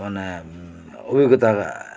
ᱢᱟᱱᱮ ᱚᱵᱷᱤᱜᱚᱛᱟ